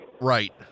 Right